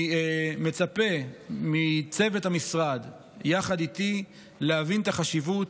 אני מצפה מצוות המשרד יחד איתי להבין את החשיבות.